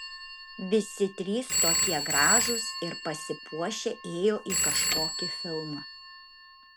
visi trys tokie gražūs ir pasipuošę ėjo į kažkokį filmą